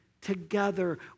together